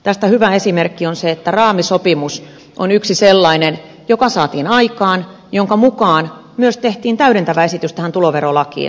tästä yksi sellainen hyvä esimerkki on raamisopimus joka saatiin aikaan ja jonka mukaan myös tehtiin täydentävä esitys tähän tuloverolakiin